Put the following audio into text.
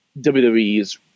WWE's